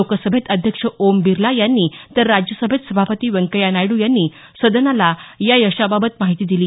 लोकसभेत अध्यक्ष ओम बिर्ला यांनी तर राज्यसभेत सभापती व्यंकय्या नायडू यांनी सदनाला या यशाबाबत माहिती दिली